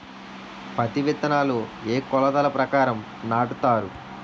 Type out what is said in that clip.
పత్తి విత్తనాలు ఏ ఏ కొలతల ప్రకారం నాటుతారు?